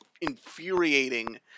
infuriating